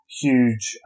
huge